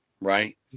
right